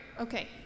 Okay